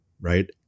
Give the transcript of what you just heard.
right